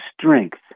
strength